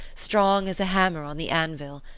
strong as a hammer on the anvil,